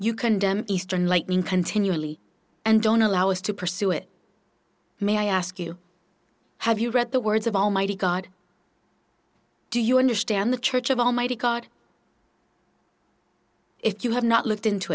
you condemn eastern lightning continually and don't allow us to pursue it may i ask you have you read the words of almighty god do you understand the church of almighty god if you have not looked into